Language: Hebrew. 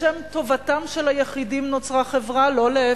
לשם טובתם של היחידים נוצרה חברה, לא להיפך.